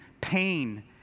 pain